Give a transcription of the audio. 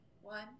one